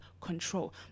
control